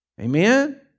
Amen